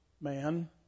man